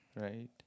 right